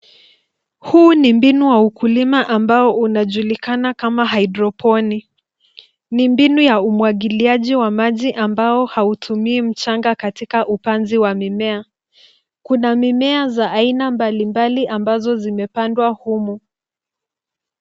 Huu ni mbinu wa ukulima ambao unajulikana kama Hydroponic ni mbinu ya umwagiliaji wa maji ambao hautumii mchanga katika upanzi wa mimea. Kuna mimea za aina mbali mbali ambazo zimepandwa humu.